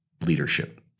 leadership